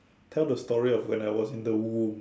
tell the story of when I was in the womb